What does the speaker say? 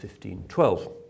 1512